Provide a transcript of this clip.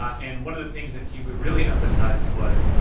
and one of the things that he were really emphasized was